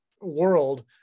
world